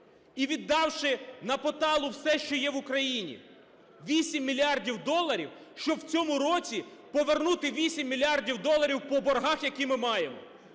і віддавши на поталу все, що є в Україні". Вісім мільярдів доларів, щоб в цьому році повернути 8 мільярдів доларів по боргах, які ми маємо.